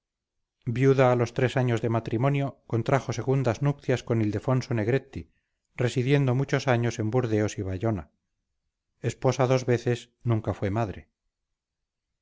viuda a los tres años de matrimonio contrajo segundas nupcias con ildefonso negretti residiendo muchos años en burdeos y bayona esposa dos veces nunca fue madre